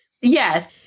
Yes